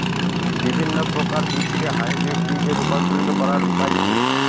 বিভিন্ন প্রকার বীজকে হাইব্রিড বীজ এ রূপান্তরিত করার উপায় কি?